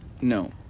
no